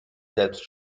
selbst